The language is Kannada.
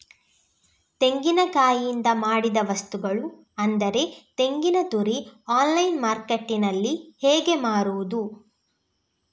ತೆಂಗಿನಕಾಯಿಯಿಂದ ಮಾಡಿದ ವಸ್ತುಗಳು ಅಂದರೆ ತೆಂಗಿನತುರಿ ಆನ್ಲೈನ್ ಮಾರ್ಕೆಟ್ಟಿನಲ್ಲಿ ಹೇಗೆ ಮಾರುದು?